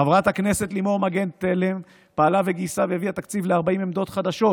חברת הכנסת לימור מגן תלם פעלה וגייסה והביאה תקציב ל-40 עמדות חדשות